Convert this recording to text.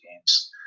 games